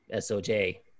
SOJ